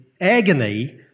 agony